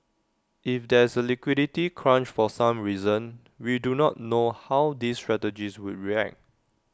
if there's A liquidity crunch for some reason we do not know how these strategies would react